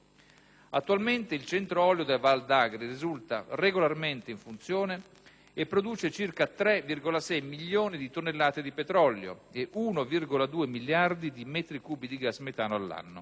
Attualmente, il Centro olio della Val d'Agri risulta regolarmente in funzione e produce circa 3,6 milioni di tonnellate di petrolio e 1,2 miliardi di metri cubi di gas metano all'anno.